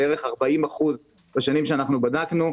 בערך 40% בשנים שבדקנו.